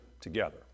together